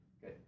good